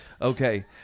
okay